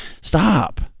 Stop